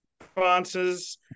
responses